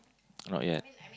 not yet